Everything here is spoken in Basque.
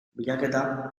bilaketa